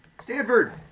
Stanford